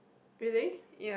really